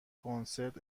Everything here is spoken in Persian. کنسرت